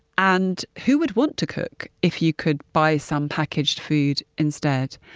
and, who would want to cook if you could buy some packaged food instead?